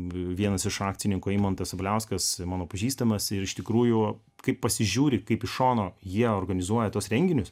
vienas iš akcininkų eimantas obliauskas mano pažįstamas ir iš tikrųjų kai pasižiūri kaip iš šono jie organizuoja tuos renginius